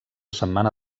setmana